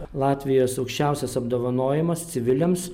latvijos aukščiausias apdovanojimas civiliams